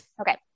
Okay